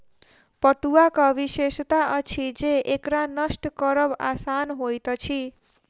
पटुआक विशेषता अछि जे एकरा नष्ट करब आसान होइत अछि